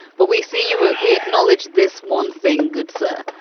but we see you. we acknowledge this one thing. good, sir.